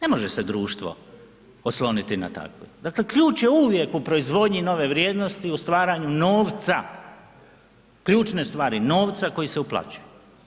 Ne može se društvo osloniti na takve, dakle ključ je uvijek u proizvodnji nove vrijednosti u stvaranju novca, ključne stvari novca koji se uplaćuje.